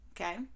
Okay